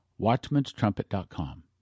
Watchmanstrumpet.com